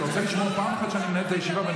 אתה רוצה לשמוע פעם אחת שאני מנהל את הישיבה ואני